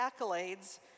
accolades